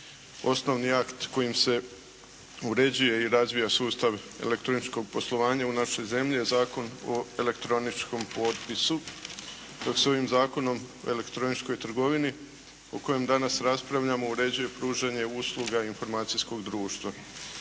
Osnovni akt kojim se uređuje i razvija sustav elektroničkog poslovanja u našoj zemlji je Zakon o elektroničkom potpisu dok se ovim Zakonom o elektroničkoj trgovini o kojem danas raspravljamo uređuje pružanje usluga informacijskog društva.